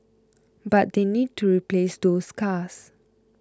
but they need to replace those cars